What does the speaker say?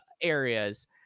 areas